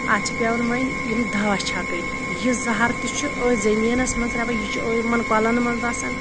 اتھ چھِ پیٚوان وۄنۍ یِم دوا چھیٚکٕنۍ یہِ زَہَر تہِ چھُ أتھۍ زمیٖنَس مَنٛز شروٚپان یہِ چھُ یِمن کوٚلَن مَنٛز وَسان